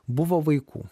buvo vaikų